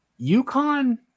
UConn